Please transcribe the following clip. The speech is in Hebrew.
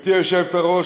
גברתי היושבת-ראש,